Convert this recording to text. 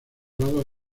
grados